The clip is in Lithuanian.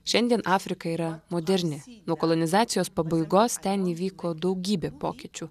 šiandien afrika yra moderni nuo kolonizacijos pabaigos ten įvyko daugybė pokyčių